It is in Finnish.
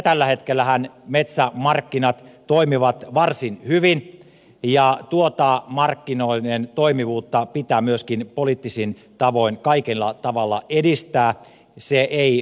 tällä hetkellähän metsämarkkinat toimivat varsin hyvin ja tuota markkinoiden toimivuutta pitää myöskin poliittisin tavoin kaikella tavalla edistää